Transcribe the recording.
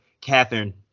Catherine